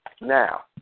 Now